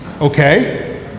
Okay